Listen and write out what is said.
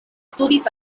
studis